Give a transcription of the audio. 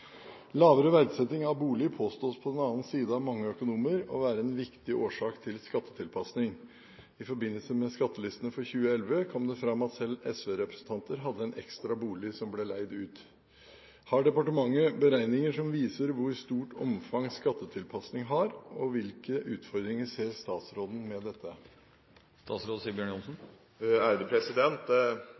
Lavere verdsetting av bolig påstås på den annen side av mange økonomer å være en viktig årsak til skattetilpasning. I forbindelse med skattelistene for 2011 kom det fram at selv SV-representanter hadde en ekstra bolig som ble leid ut. Har departementet beregninger som viser hvor stort omfang skattetilpasning har, og hvilke utfordringer ser statsråden med dette?»